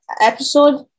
episode